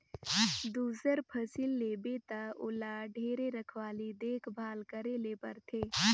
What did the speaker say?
दूसर फसिल लेबे त ओला ढेरे रखवाली देख भाल करे ले परथे